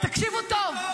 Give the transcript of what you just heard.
תקשיבו טוב.